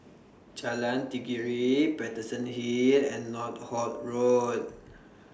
Jalan Tenggiri Paterson Hill and Northolt Road